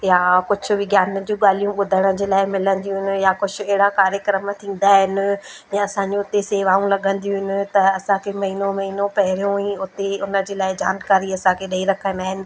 या कुझु बि ज्ञान जूं ॻाल्हियूं ॿुधण जे लाइ मिलंदियूं आहिनि या कुझु अहिड़ा कार्यक्रम थींदा आहिनि या असांजो हुते शेवाऊं लॻंदियूं आहिनि त असांखे महिनो महिनो पहिरियों ई उते उन जे लाइ जानकारी असांखे ॾेई रखंदा आहिनि